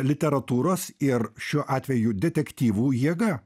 literatūros ir šiuo atveju detektyvų jėga